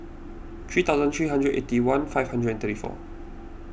three thousand three hundred eighty one five hundred and thirty four